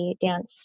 dance